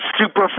super